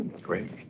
Great